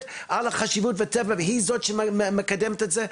על החשיבות של הטבע והיא זאת שמקדמת את זה,